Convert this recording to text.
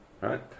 Right